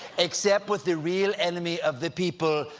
except with the real enemy of the people,